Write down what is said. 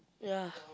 ya